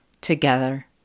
together